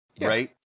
right